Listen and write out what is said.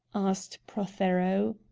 asked prothero.